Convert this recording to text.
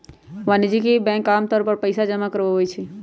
वाणिज्यिक बैंक आमतौर पर पइसा जमा करवई छई